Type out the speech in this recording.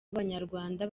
abanyarwanda